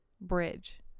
bridge